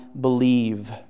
believe